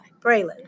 Braylon